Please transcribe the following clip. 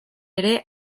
ere